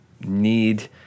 need